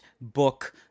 book